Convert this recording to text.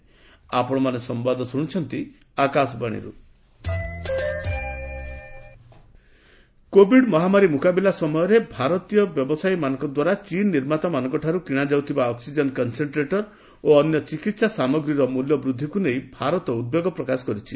ଚୀନ୍ India Covid ମହାମାରୀ ମୁକାବିଲା ସମୟରେ ଭାରତୀୟ ବ୍ୟବସାୟୀମାନଙ୍କ ଦ୍ୱାରା ଚୀନ ନିର୍ମାତାମାନଙ୍କଠାରୁ କିଶାଯାଉଥିବା ଅକ୍ସିଜେନ୍ କନ୍ସେଣ୍ଟ୍ରେଟର ଓ ଅନ୍ୟ ଚିକିିି୍ସା ସାମଗ୍ରୀର ମୂଲ୍ୟ ବୃଦ୍ଧିକୁ ନେଇ ଭାରତ ଉଦ୍ବେଗ ପ୍ରକାଶ କରିଛି